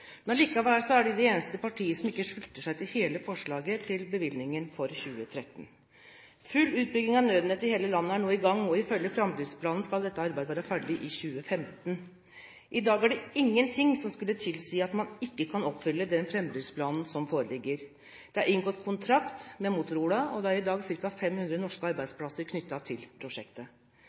Men allikevel er det det eneste partiet som ikke slutter seg til hele forslaget til bevilgning for 2013. Full utbygging av nødnettet i hele landet er nå i gang, og ifølge framdriftsplanen skal dette arbeidet være ferdig i 2015. I dag er det ingenting som skulle tilsi at man ikke kan oppfylle den framdriftsplanen som foreligger. Det er inngått kontrakt med Motorola, og det er i dag ca. 500 norske arbeidsplasser knyttet til prosjektet.